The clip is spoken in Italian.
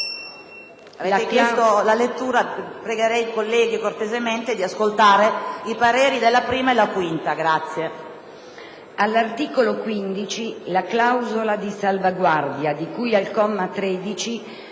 all'articolo 15, la clausola di salvaguardia, di cui al comma 13,